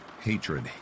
hatred